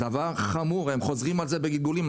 דבר חמור, הם חוזרים על זה בגלגולים.